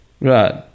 Right